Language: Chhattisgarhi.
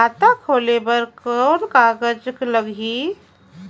खाता खोले बर कौन का कागज लगही?